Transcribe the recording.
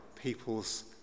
people's